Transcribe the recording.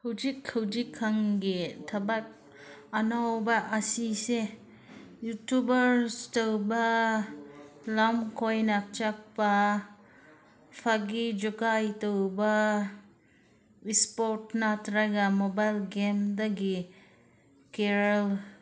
ꯍꯧꯖꯤꯛ ꯍꯧꯖꯤꯛꯀꯥꯟꯒꯤ ꯊꯕꯛ ꯑꯅꯧꯕ ꯑꯁꯤꯁꯦ ꯌꯨꯇꯨꯕꯔꯁ ꯇꯧꯕ ꯂꯝ ꯀꯣꯏꯅ ꯆꯠꯄ ꯐꯥꯒꯤ ꯖꯨꯒꯥꯏ ꯇꯧꯕ ꯏꯁꯄꯣꯔꯠ ꯅꯠꯇ꯭ꯔꯒ ꯃꯣꯕꯥꯏꯜ ꯒꯦꯝꯗꯒꯤ ꯀꯦꯔꯤꯌꯔ